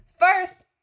first